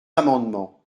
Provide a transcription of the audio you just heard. amendements